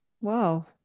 Wow